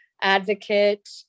advocate